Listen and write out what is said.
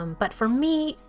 um but for me,